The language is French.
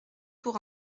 pour